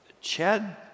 Chad